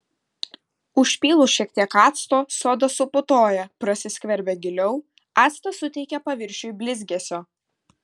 užpylus šiek tiek acto soda suputoja prasiskverbia giliau actas suteikia paviršiui blizgesio